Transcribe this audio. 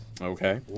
okay